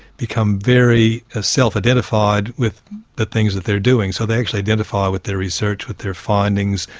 become very ah self-identified with the things that they're doing, so they actually identify with their research, with their findings,